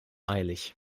eilig